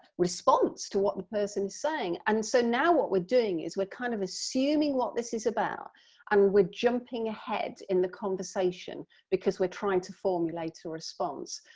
response to what the and person saying and so now what we're doing is we're kind of assuming what this is about and we're jumping ahead in the conversation because we're trying to formulate a response,